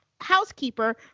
housekeeper